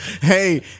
hey